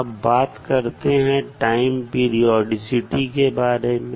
अब बात करते हैं टाइम पीरीऑडीसिटी के बारे में